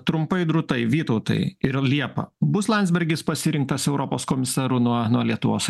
tada trumpai drūtai vytautai ir liepa bus landsbergis pasirinktas europos komisaru nuo nuo lietuvos